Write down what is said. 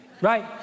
Right